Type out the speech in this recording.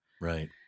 Right